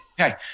Okay